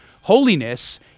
holiness